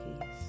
peace